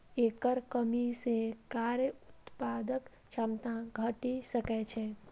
एकर कमी सं कार्य उत्पादक क्षमता घटि सकै छै